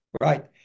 right